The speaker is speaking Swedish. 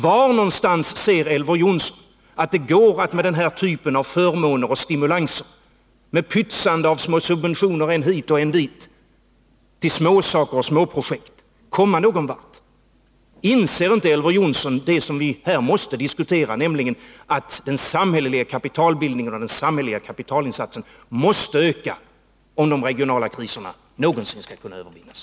Var någonstans ser Elver Jonsson att det går att komma någon vart med denna typ av förmåner och stimulanser, med pytsande av små subventioner än hit och än dit till småsaker och småprojekt? Inser inte Elver Jonsson det som vi här måste diskutera, nämligen att den samhälleliga kapitalbildningen och den samhälleliga kapitalinsatsen måste öka om de regionala kriserna någonsin skall kunna övervinnas?